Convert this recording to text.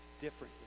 differently